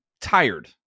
tired